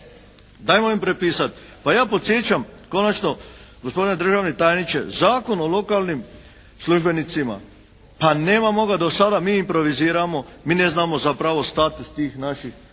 Dajmo im prepisat. Pa ja podsjećam konačno gospodine državni tajniče, Zakon o lokalnim službenicima, pa nemamo ga do sada, mi improviziramo, mi ne znamo zapravo status tih naših djelatnika